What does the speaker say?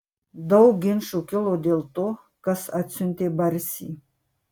daug ginčų kilo dėl to kas atsiuntė barsį